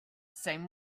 same